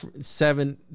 seven